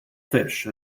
fish